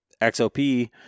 XOP